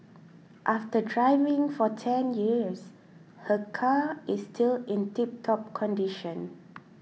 after driving for ten years her car is still in tiptop condition